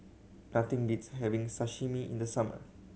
nothing beats having Sashimi in the summer